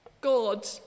God